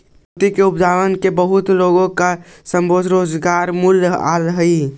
मोती के उत्पादन में बहुत से लोगों को स्वरोजगार मिलअ हई